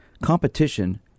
Competition